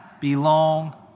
belong